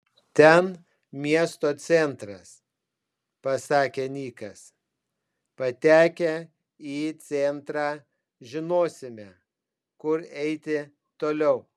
ten miesto centras pasakė nikas patekę į centrą žinosime kur eiti toliau